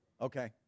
Okay